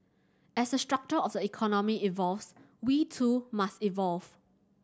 as the structure of the economy evolves we too must evolve